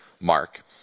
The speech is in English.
mark